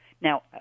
Now